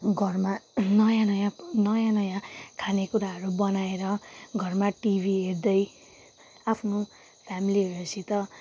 घरमा नयाँ नयाँ नयाँ नयाँ खानेकुराहरू बनाएर घरमा टिभी हेर्दै आफ्नो फ्यामेलीहरूसित